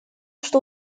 что